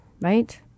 right